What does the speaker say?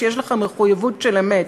שיש לך מחויבות של אמת,